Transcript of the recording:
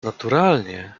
naturalnie